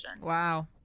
Wow